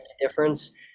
difference